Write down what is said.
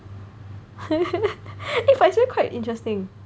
eh but it's really quite interesting